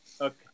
okay